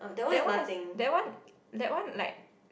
that one has that one that one like